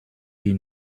die